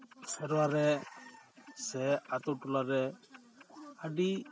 ᱥᱮᱨᱣᱟ ᱨᱮ ᱥᱮ ᱟᱛᱳ ᱴᱚᱞᱟ ᱨᱮ ᱟᱹᱰᱤ